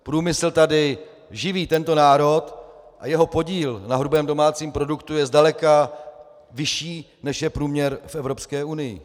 Průmysl živí tento národ a jeho podíl na hrubém domácím produktu je zdaleka vyšší, než je průměr v Evropské unii.